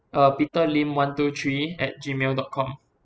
uh peter Lim one two three at gmail dot com